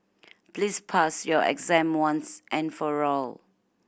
please pass your exam once and for all